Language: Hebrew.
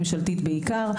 ממשלתית בעיקר.